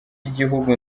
igihugu